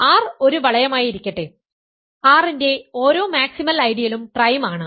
R ഒരു വളയമായിരിക്കട്ടെ R ന്റെ ഓരോ മാക്സിമൽ ഐഡിയലും പ്രൈം ആണ്